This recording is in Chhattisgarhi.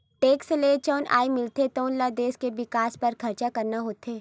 टेक्स ले जउन आय मिलथे तउन ल देस के बिकास बर खरचा करना होथे